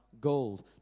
gold